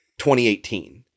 2018